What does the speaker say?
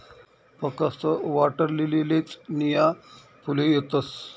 फकस्त वॉटरलीलीलेच नीया फुले येतस